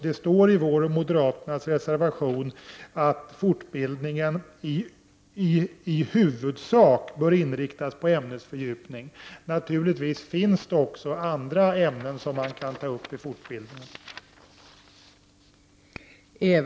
Det står i vår och moderaternas reservation att fortbildningen i huvudsak bör inriktas på ämnesfördjupning. Det finns naturligtvis också andra ämnen som kan tas upp i fortbildningen.